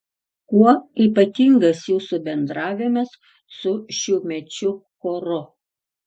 kuo ypatingas jūsų bendravimas su šiųmečiu choru